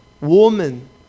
woman